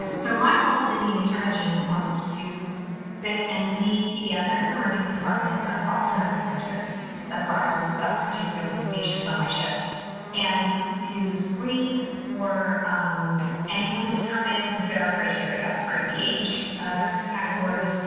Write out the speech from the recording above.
and so, my role in the intervention was to in and the pediatric emergency department of boston medical center that's where i was particularly stationed on my shift and to screen for anyone who would come in who fit our criteria. for the age category,